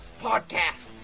podcast